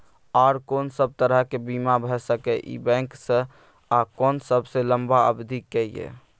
आर कोन सब तरह के बीमा भ सके इ बैंक स आ कोन सबसे लंबा अवधि के ये?